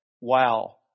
wow